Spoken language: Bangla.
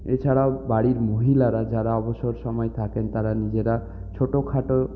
এছাড়াও বাড়ির মহিলারা যারা অবসর সময়ে থাকেন তারা নিজেরা ছোটখাটো